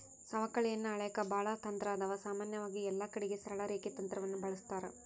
ಸವಕಳಿಯನ್ನ ಅಳೆಕ ಬಾಳ ತಂತ್ರಾದವ, ಸಾಮಾನ್ಯವಾಗಿ ಎಲ್ಲಕಡಿಗೆ ಸರಳ ರೇಖೆ ತಂತ್ರವನ್ನ ಬಳಸ್ತಾರ